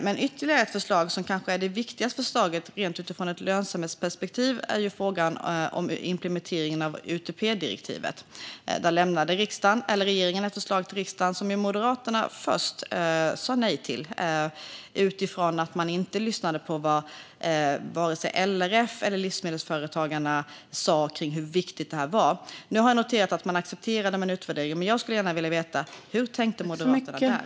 Men ytterligare ett förslag, som kanske är det viktigaste utifrån ett lönsamhetsperspektiv, är det om implementeringen av UTP-direktivet. Där lämnade regeringen ett förslag till riksdagen som ju Moderaterna först sa nej till, eftersom man inte lyssnade på vad vare sig LRF eller Livsmedelsföretagarna sa om vikten av detta. Nu har jag noterat att man accepterar detta. Men jag skulle gärna vilja veta hur Moderaterna tänkte där.